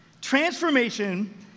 Transformation